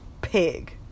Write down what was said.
pig